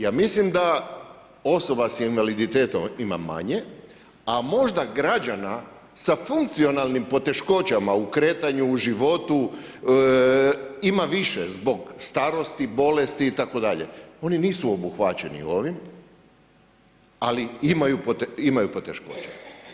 Ja mislim da osoba sa invaliditetom ima manje, a možda građana sa funkcionalnim poteškoćama u kretanju u životu ima više, zbog starosti, bolesti itd. oni nisu obuhvaćeni ovim, ali imaju poteškoća.